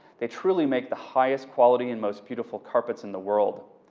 they truly make the highest quality and most beautiful carpets in the world.